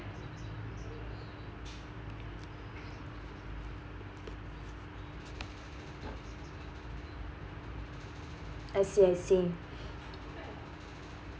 I see I see